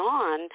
on